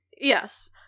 Yes